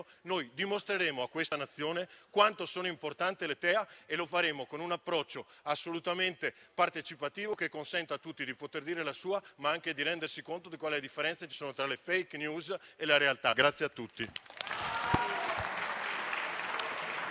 dimostreremo al Paese quanto sono importanti le TEA e lo faremo con un approccio assolutamente partecipativo, che consenta a tutti di potersi esprimere, ma anche di rendersi conto di quali differenze ci sono tra le *fake news* e la realtà.